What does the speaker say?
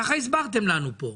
ככה הסברתם לנו פה.